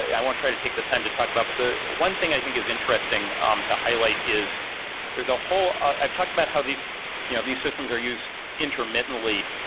i won't try to take the time to talk about, but the one thing i think is interesting um to highlight is there's a whole i've talked about how these you know these systems are used intermittently.